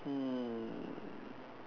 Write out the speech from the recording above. hmm